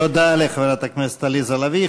תודה לחברת הכנסת עליזה לביא.